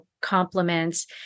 compliments